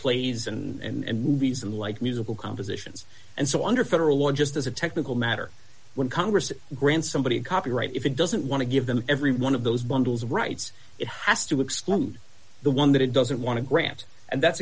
plays and movies and like musical compositions and so under federal law just as a technical matter when congress grants somebody a copyright if it doesn't want to give them every one of those bundles of rights it has to exclude the one that it doesn't want to grant and that's